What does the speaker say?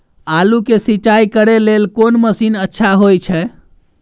आलू के सिंचाई करे लेल कोन मसीन अच्छा होय छै?